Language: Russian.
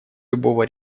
любого